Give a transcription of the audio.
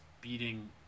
beating